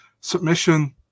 Submission